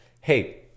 hey